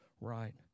right